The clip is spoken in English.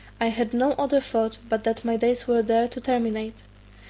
i had no other thought but that my days were there to terminate.